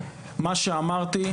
מה שאמרתי,